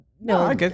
No